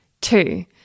Two